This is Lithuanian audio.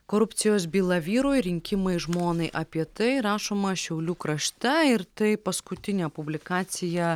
korupcijos byla vyrui rinkimai žmonai apie tai rašoma šiaulių krašte ir tai paskutinė publikacija